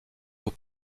aux